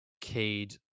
Cade